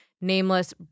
nameless